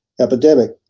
epidemic